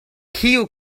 kiu